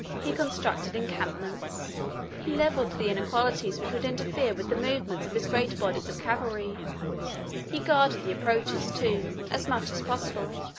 he constructed encampments he leveled the inequalities which would interfere with the movements of his great bodies of cavalry he guarded the approaches, too, as much as possible.